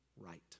right